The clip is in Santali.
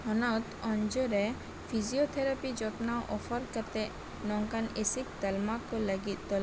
ᱦᱚᱱᱚᱛ ᱚᱱᱡᱚ ᱨᱮ ᱯᱷᱤᱡᱤᱭᱳᱛᱷᱮᱨᱟᱯᱤ ᱡᱚᱛᱱᱟᱣ ᱚᱯᱷᱟᱨ ᱠᱟᱛᱮᱫ ᱱᱚᱝᱠᱟᱱ ᱮᱥᱤᱠ ᱛᱟᱞᱢᱟ ᱠᱚ ᱞᱟᱜᱤᱫ ᱛᱚᱞᱟᱥ